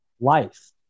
life